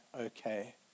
okay